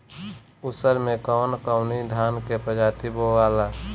उसर मै कवन कवनि धान के प्रजाति बोआला?